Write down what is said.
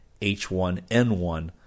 H1N1